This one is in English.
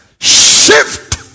Shift